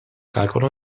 calcolo